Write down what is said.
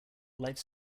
lifes